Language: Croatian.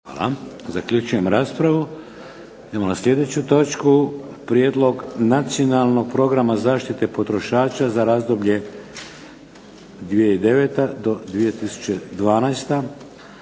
Vladimir (HDZ)** Idemo na sljedeću točku. - Prijedlog "Nacionalnog programa zaštite potrošača za razdoblje 2009. – 2012."